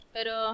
Pero